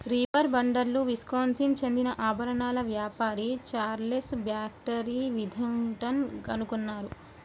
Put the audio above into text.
reaper బైండర్ను Wisconsin చెందిన ఆభరణాల వ్యాపారి చార్లెస్ బాక్స్టర్ విథింగ్టన్ కనుగొన్నారు